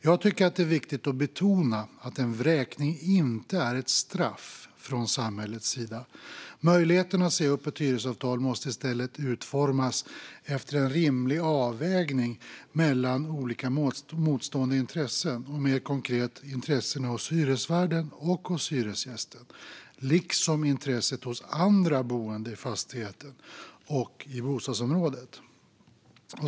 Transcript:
Jag tycker att det är viktigt att betona att en vräkning inte är ett straff från samhällets sida. Möjligheterna att säga upp ett hyresavtal måste i stället utformas efter en rimlig avvägning mellan olika motstående intressen, mer konkret intressena hos hyresvärden och hyresgästen, liksom intresset hos andra boende i fastigheten och i bostadsområdet.